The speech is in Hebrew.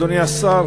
אדוני השר,